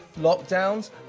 lockdowns